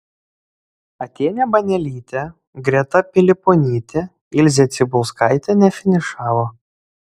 atėnė banelytė greta piliponytė ilzė cibulskaitė nefinišavo